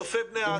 צופה פני עתיד.